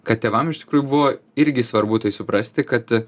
kad tėvam iš tikrųjų buvo irgi svarbu tai suprasti kad